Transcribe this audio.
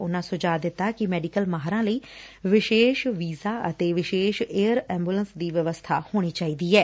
ਉਨ੍ਨਾਂ ਸੁਝਾਅ ਦਿਤਾ ਕਿ ਮੈਡੀਕਲ ਮਾਹਿਰਾ ਲਈ ਵਿਸੇਸ਼ ਵੀਜ਼ਾ ਅਤੇ ਵਿਸੇਸ਼ ਏਅਰ ਐਬੁਲੈਸ ਦੀ ਵਿਵਸਬਾ ਹੋਣੀ ਚਾਹੀਦੀ ਏ